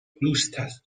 دوستت